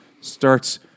starts